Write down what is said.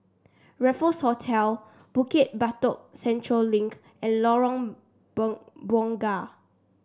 Raffles Hotel Bukit Batok Central Link and Lorong Bunga